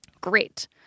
Great